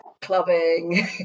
clubbing